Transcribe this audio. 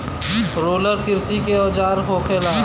roller किरसी के औजार होखेला